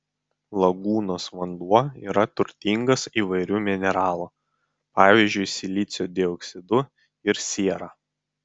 lagūnos vanduo yra turtingas įvairių mineralų pavyzdžiui silicio dioksidu ir siera